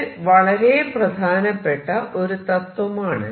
ഇത് വളരെ പ്രധാനപ്പെട്ട ഒരു തത്വമാണ്